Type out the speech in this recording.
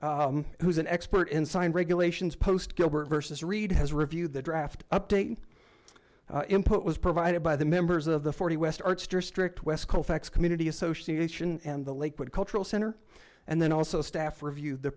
who's an expert in signed regulations post gilbert versus reed has reviewed the draft update input was provided by the members of the forty west arts district wesco facts community association and the lakewood cultural center and then also staff review the